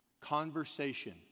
conversation